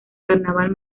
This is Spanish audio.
carnaval